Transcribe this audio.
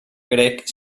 grec